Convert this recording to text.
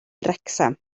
wrecsam